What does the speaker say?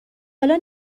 حالا